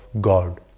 God